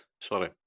sorry